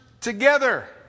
together